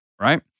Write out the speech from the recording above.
right